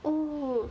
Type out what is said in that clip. oh